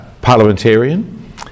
parliamentarian